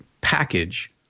package